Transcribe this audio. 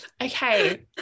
Okay